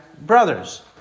brothers